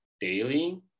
daily